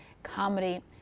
comedy